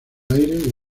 aire